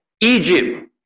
Egypt